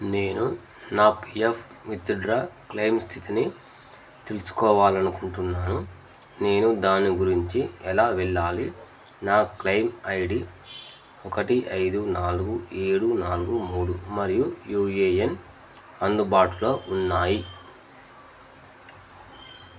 నేను నా PF withdraw claim స్థితిని తెలుసుకోవాలనుకుంటున్నాను నేను దాని గురించి ఎలా వెళ్ళాలి నా క్లైమ్ ఐడి ఒకటి ఐదు నాలుగు ఏడు నాలుగు మూడు మరియు యూఏఎన్ అందుబాటులో ఉన్నాయి